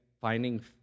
finding